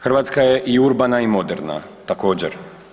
Hrvatska je i urbana i moderna, također.